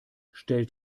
stellt